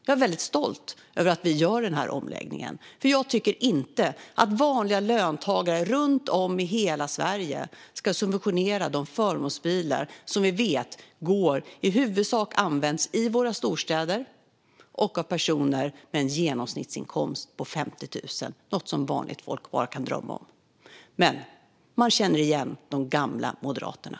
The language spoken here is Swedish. Jag är väldigt stolt över att vi gör denna omläggning, för jag tycker inte att vanliga löntagare runt om i hela Sverige ska subventionera de förmånsbilar som vi vet i huvudsak används i våra storstäder och av personer med en genomsnittsinkomst på 50 000 kronor - något som vanligt folk bara kan drömma om. Man känner igen de gamla moderaterna.